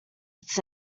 its